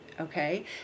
okay